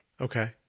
Okay